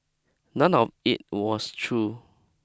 none of it was true